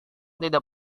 tidak